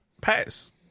Pass